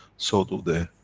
so do the.